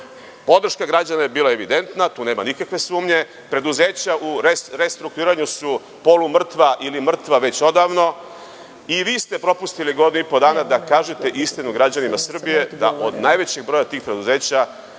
Podrška građana je bila evidentna, tu nema nikakve sumnje. Preduzeća u restrukturiranju su polumrtva ili mrtva već odavno, a vi ste propustili godinu i po dana da kažete istinu građanima Srbije, da od najvećeg broja tih preduzeća